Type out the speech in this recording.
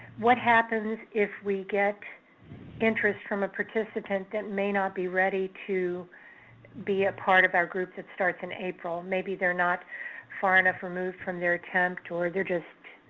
what happens if we get interest from a participant that may not be ready to be a part of our group that starts in april? maybe they're not far enough removed from their attempt, or they're just,